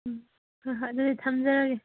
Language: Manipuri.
ꯎꯝ ꯑꯗꯨꯗꯤ ꯊꯝꯖꯔꯒꯦ